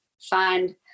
find